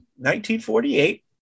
1948